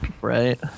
right